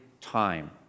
time